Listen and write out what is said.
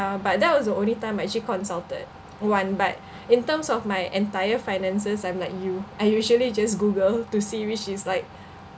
but that was the only time I actually consulted one but in terms of my entire finances I'm like you I usually just google to see which is like